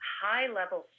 high-level